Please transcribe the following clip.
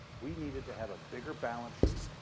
we needed to have a bigger balance sheet